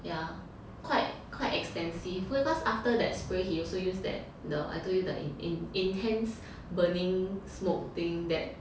ya quite quite extensive because after that spray he also use that the I told you the in in intense burning smoke thing that